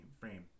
frame